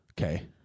Okay